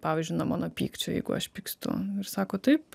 pavyzdžiui nuo mano pykčio jeigu aš pykstu ir sako taip